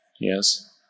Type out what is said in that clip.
yes